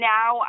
Now